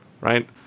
right